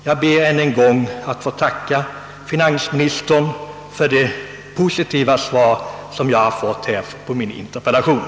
Jag ber än en gång att få tacka finans ministern för de positiva svar som jag fått på min interpellation.